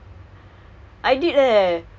no ah I feel